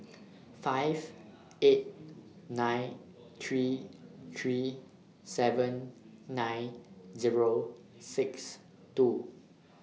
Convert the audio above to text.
five eight nine three three seven nine Zero six two